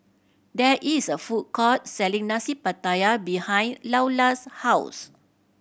there is a food court selling Nasi Pattaya behind Loula's house